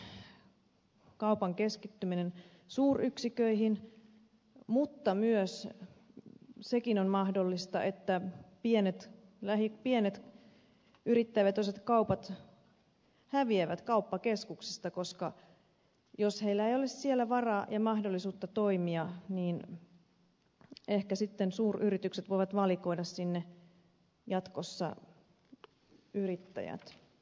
ensinnäkin kaupan keskittyminen suuryksiköihin mutta myös se on mahdollista että pienet yrittäjävetoiset kaupat häviävät kauppakeskuksista koska jos niillä ei ole siellä varaa ja mahdollisuutta toimia ehkä sitten suuryritykset voivat valikoida sinne jatkossa yrittäjät